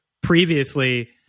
previously